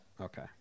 Okay